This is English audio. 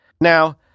Now